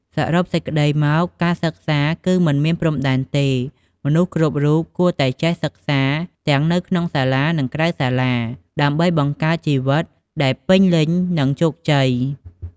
សរុបសេចក្តីមក ការសិក្សាគឺមិនមានព្រំដែនទេ មនុស្សគ្រប់រូបគួរតែចេះសិក្សាទាំងនៅក្នុងសាលា និងក្រៅសាលា ដើម្បីបង្កើតជីវិតដែលពេញលេញ និងជោគជ័យ។